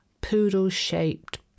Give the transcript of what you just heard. Poodle-shaped